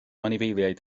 anifeiliaid